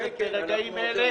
תהיה רגוע בבקשה.